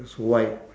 s~ why